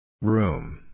Room